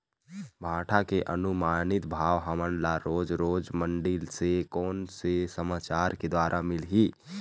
भांटा के अनुमानित भाव हमन ला रोज रोज मंडी से कोन से समाचार के द्वारा मिलही?